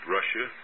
Russia